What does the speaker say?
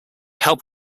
help